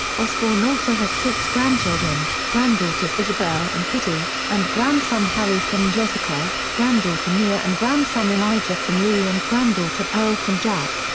osbourne also has six grandchildren, granddaughters isabelle and kitty, and grandson harry from jessica, granddaughter mia and grandson elijah from louis and granddaughter pearl from jack.